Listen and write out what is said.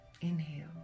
Inhale